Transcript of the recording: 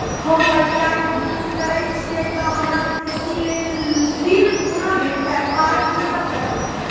होम बटैया खेती करै छियै तऽ हमरा खेती लेल ऋण कुना भेंटते, आर कि सब करें परतै?